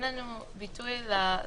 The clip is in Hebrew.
אם בפועל אתם בודקים כל דיון כזה?